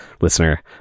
listener